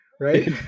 right